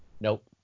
Nope